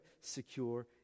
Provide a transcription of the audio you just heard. secure